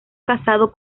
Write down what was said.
casado